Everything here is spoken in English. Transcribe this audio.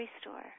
store